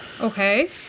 Okay